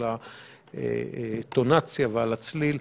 על הטונציה ועל הצליל,